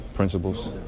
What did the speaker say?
principles